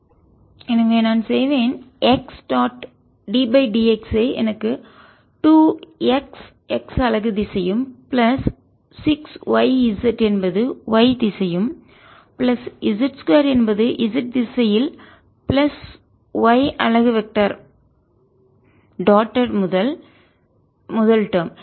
x2x6xyzyz2zz எனவே நான் செய்வேன் x டாட் ddx ஐ எனக்கு 2 xx அலகு திசையும் பிளஸ் 6yz என்பது y திசையும் பிளஸ் z 2 என்பது z திசையில் பிளஸ் y அலகு வெக்டர் டாட்டெட்ட் முதல் டேர்ம்